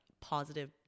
positive